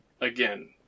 again